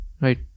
right